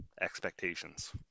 expectations